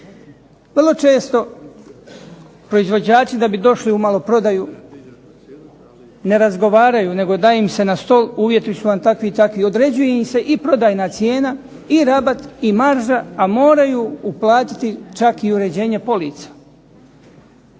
Vrlo često proizvođači da bi došli u maloprodaju ne razgovaraju nego da im se na stol, uvjeti su vam takvi i takvi i određuje im se i prodajna cijena i rabat i marža, a moraju uplatiti čak i uređenje polica.